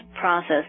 process